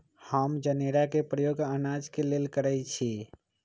हम जनेरा के प्रयोग अनाज के लेल करइछि